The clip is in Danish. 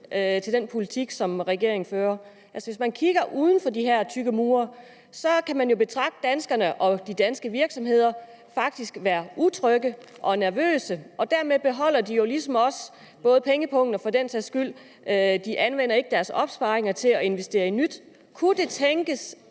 til den politik, som regeringen fører. Hvis man kigger uden for de her tykke mure, kan man jo betragte danskerne og se de danske virksomheder faktisk være utrygge og nervøse. Dermed beholder de jo ligesom også pengepungen i lommen, og de anvender ikke deres opsparinger til at investere i nyt. Kunne det tænkes,